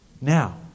Now